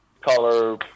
color